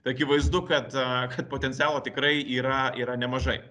tai akivaizdu kad kad potencialo tikrai yra yra nemažai